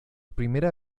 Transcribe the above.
primera